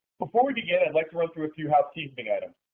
before we begin, i'd like to run through a few housekeeping items.